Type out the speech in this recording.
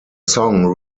song